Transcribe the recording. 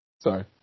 sorry